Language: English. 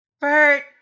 Bert